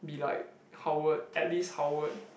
be like Howard at least Howard